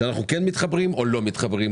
שאנחנו כן מתחברים או לא מתחברים.